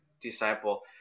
disciple